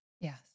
Yes